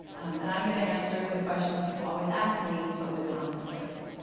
and i'm going to answer the questions that people always ask me, but with an honest twist.